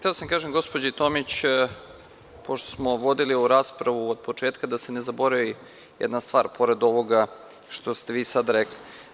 Hteo sam da kažem gospođi Tomić, pošto smo vodili ovu raspravu od početka, da se ne zaboravi jedna stvar, pored ovoga što ste vi sada rekli.